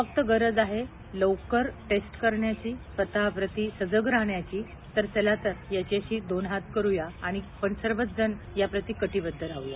फक्त गरज आहे लवकर टेस्ट करण्याची स्वत प्रती सजग राहण्याची तर चला तर यांच्याशी दोन होत करुया आणि सर्वच जण याबद्दल कटीबद्ध राहया